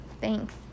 Thanks